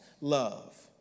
love